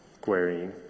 querying